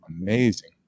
amazing